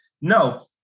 no